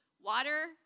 Water